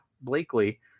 Blakely